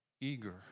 eager